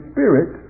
Spirit